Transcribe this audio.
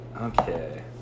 Okay